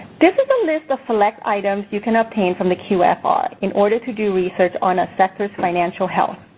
this is a list of select items you can obtain from the qfr and ah in order to do research on a sector's financial health.